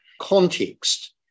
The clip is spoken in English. context